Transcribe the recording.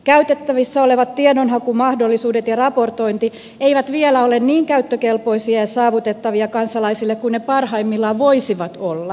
käytettävissä olevat tiedonhakumahdollisuudet ja raportointi eivät vielä ole niin käyttökelpoisia ja saavutettavia kansalaisille kuin ne parhaimmillaan voisivat olla